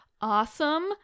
awesome